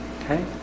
Okay